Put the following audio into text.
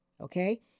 Okay